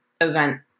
event